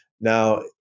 Now